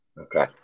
Okay